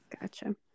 Gotcha